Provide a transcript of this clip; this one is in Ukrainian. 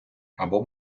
або